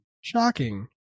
Shocking